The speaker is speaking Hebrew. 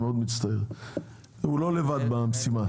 הוא לא לבד במשימה.